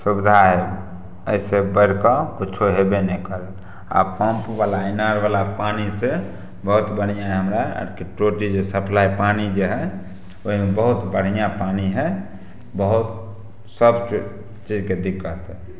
सुबिधा है एहिसे बढ़ि कऽ किछो हेब्बै ने करै आ पम्प बला ईनार बला पानि से बहुत बढ़िऑं हमरा आरके टोटी जे सप्लाय पानि जे है ओहिमे बहुत बढ़िऑं पानि है बहुत सबचीजके दिक्कत है